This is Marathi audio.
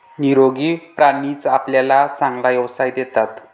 निरोगी प्राणीच आपल्याला चांगला व्यवसाय देतात